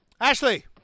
Ashley